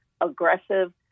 aggressive